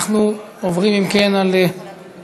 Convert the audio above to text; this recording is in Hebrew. אנחנו עוברים, אם כן, להצבעה